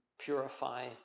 purify